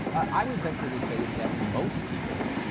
i'd venture to say it that most people